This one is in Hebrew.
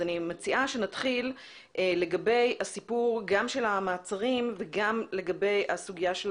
אני מציעה שנתחיל את הדיון - לגבי המעצרים וגם לגבי הסוגיה של